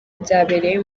byabereye